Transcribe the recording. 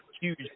huge